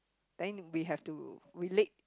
then we have to relate